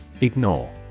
Ignore